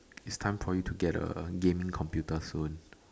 it's time for you to get a gaming computer soon